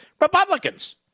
Republicans